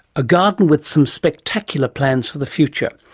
a garden with some spectacular plans for the future.